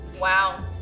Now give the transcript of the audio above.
Wow